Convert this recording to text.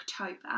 October